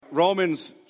Romans